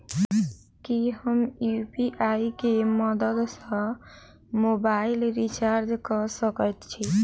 की हम यु.पी.आई केँ मदद सँ मोबाइल रीचार्ज कऽ सकैत छी?